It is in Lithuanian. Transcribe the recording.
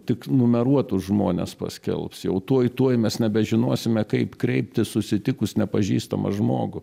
tik numeruotus žmones paskelbs jau tuoj tuoj mes nebežinosime kaip kreiptis susitikus nepažįstamą žmogų